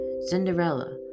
Cinderella